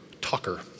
talker